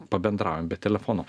pabendraujam be telefono